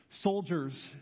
soldiers